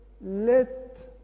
let